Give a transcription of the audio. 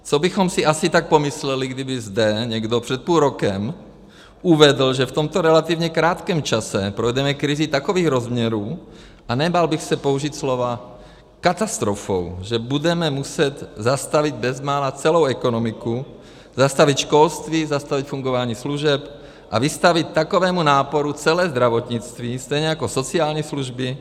Co bychom si asi tak pomysleli, kdyby zde někdo před půl rokem uvedl, že v tomto relativně krátkém čase projdeme krizí takových rozměrů, a nebál bych se použít slova katastrofou, že budeme muset zastavit bezmála celou ekonomiku, zastavit školství, zastavit fungování služeb a vystavit takovému náporu celé zdravotnictví, stejně jako sociální služby.